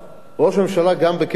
ראש הממשלה התגייס גם בקטע הזה,